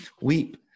weep